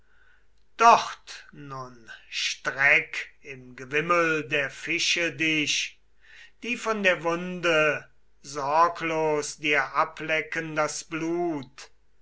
dort nun streck im gewimmel der fische dich die von der wunde sorglos dir ablecken das blut